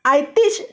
I teach